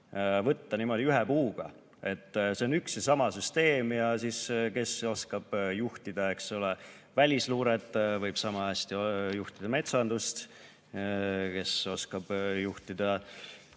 võtta niimoodi ühe puuga? Et see on üks ja sama süsteem ja kes oskab juhtida välisluuret, võib samahästi juhtida metsandust, kes oskab juhtida,